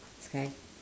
sky